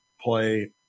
play